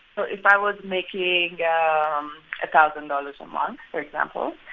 so if i was making a yeah um a thousand dollars a month, for example,